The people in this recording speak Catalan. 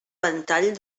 ventall